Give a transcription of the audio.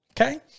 Okay